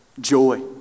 joy